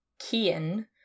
Kian